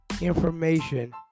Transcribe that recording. information